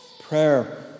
Prayer